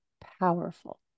powerful